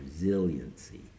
resiliency